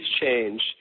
change